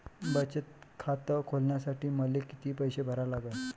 बचत खात खोलासाठी मले किती पैसे भरा लागन?